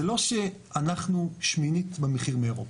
זה לא שאנחנו 1/8 במחיר מאירופה.